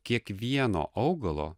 kiekvieno augalo